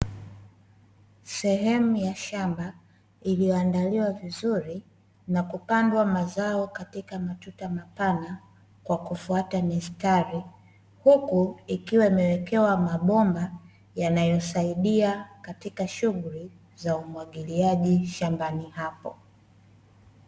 Sehemu ya shamba iliyoandaliwa vizuri, na kupandwa mazao katika matuta mapana, kwa kufuata mistari huku ikiwa imewekewa mabomba yanayosaidia katika shughuli za umwagiliaji shambani hapo.